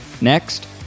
Next